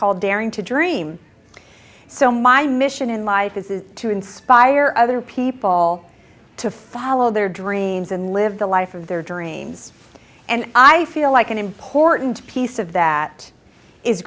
called daring to dream so my mission in life is to inspire other people to follow their dreams and live the life of their dreams and i feel like an important piece of that is